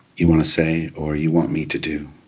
you want to say or you want me to do?